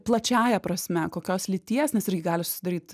plačiąja prasme kokios lyties nes irgi gali susidaryt